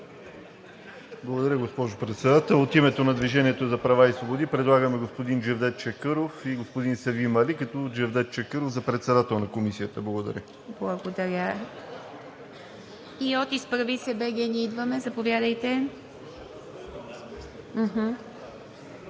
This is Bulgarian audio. Благодаря, госпожо Председател. От името на „Движението за права и свободи“ предлагаме господин Джевдет Чакъров и господин Севим Али, като Джевдет Чакъров – за председател на Комисията. Благодаря. ПРЕДСЕДАТЕЛ ИВА МИТЕВА: Благодаря. И от „Изправи се БГ! Ние идваме!“ – заповядайте.